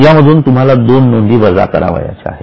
यामधून तुम्हाला दोन नोंदी वजा करावयाच्या आहेत